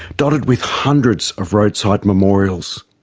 dotted with hundreds of roadside memorials.